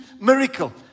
miracle